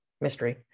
mystery